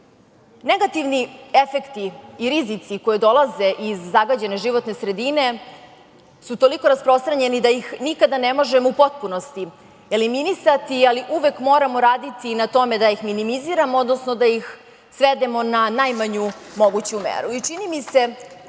Negativni efekti i rizici koji dolaze iz zagađene životne sredine su toliko rasprostranjeni da ih nikada ne možemo u potpunosti eliminisati, ali uvek moramo raditi na tome da ih minimiziramo, odnosno da ih svedemo na najmanju moguću meru.